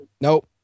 Nope